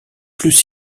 plus